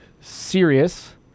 serious